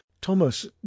Thomas